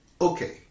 Okay